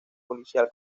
policial